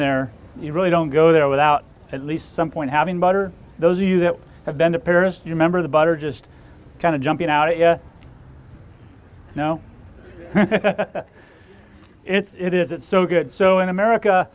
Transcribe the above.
there you really don't go there without at least some point having butter those of you that have been to paris you remember the butter just kind of jumping out of you know it isn't so good so in america